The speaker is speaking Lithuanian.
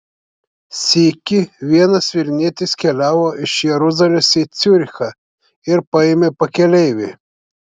sykį vienas vilnietis keliavo iš jeruzalės į ciurichą ir paėmė pakeleivį